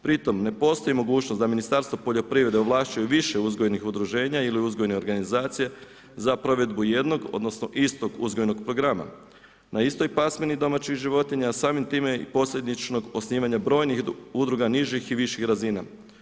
Pritom, ne postoji mogućnost, da Ministarstvo poljoprivrede, ovlašćuju više uzgojnih udruženja ili uzgojne organizacije, za provedbu jednog, odnosno, istog uzgojnog programa, na istoj pasmini domaćih životinja, a samim time, posljedično osnivanja brojnih udruga nižeš i viših razina.